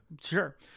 sure